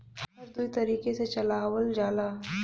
हर दुई तरीके से चलावल जाला